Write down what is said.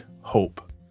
hope